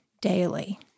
daily